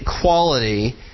quality